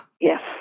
Yes